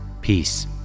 Peace